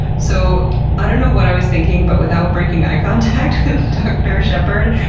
so i don't know what i was thinking but without breaking eye contact with dr. shepphird,